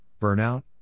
burnout